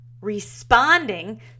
responding